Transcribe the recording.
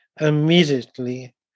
immediately